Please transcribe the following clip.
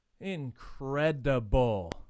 incredible